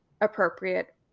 appropriate